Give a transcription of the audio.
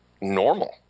normal